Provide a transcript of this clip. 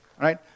Right